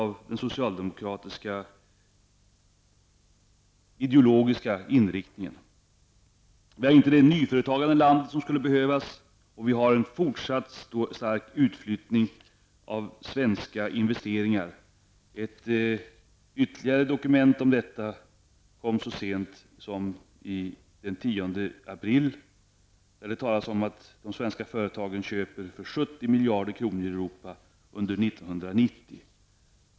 Vi har inte heller det nyföretagande som landet skulle behöva och vi har fortsatt stora svenska investeringar utomlands och endast små i Sverige. En ytterligare påminnelse om detta kom så sent som den 10 april. Det talas där om att svenska företag köpte in sig för 70 miljarder kronor i Europa under 1990.